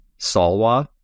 Salwa